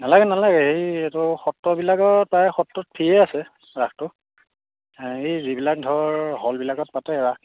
নালাগে নালাগে হেৰি এইটো সত্ৰবিলাকৰ প্ৰায় সত্ৰত ফ্ৰীয়ে আছে ৰাসটো হেৰি যিবিলাক ধৰ হলবিলাকত পাতে ৰাস